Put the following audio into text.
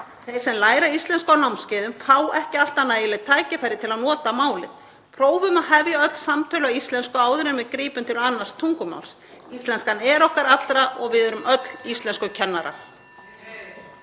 Þeir sem læra íslensku á námskeiðum fá ekki alltaf nægileg tækifæri til að nota málið. Prófum að hefja öll samtöl á íslensku áður en við grípum til annars tungumáls. Íslenskan er okkar allra og við erum öll íslenskukennarar.